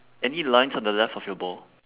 any lines on the left of your ball